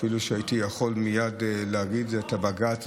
אפילו שהייתי יכול מייד לציין את בג"ץ,